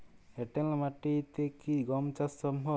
এঁটেল মাটিতে কি গম চাষ সম্ভব?